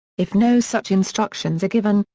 if no such instructions are given,